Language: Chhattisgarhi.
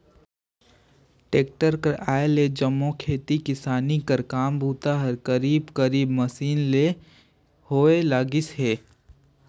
टेक्टर कर आए ले जम्मो खेती किसानी कर काम बूता हर करीब करीब मसीन ले ही होए लगिस अहे